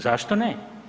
Zašto ne?